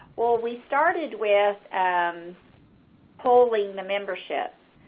well, we started with and polling the membership.